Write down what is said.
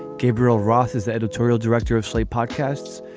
gabriel roth is the editorial director of slate podcasts.